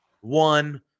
one